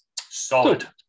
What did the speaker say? Solid